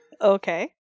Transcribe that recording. Okay